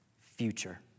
future